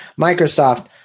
Microsoft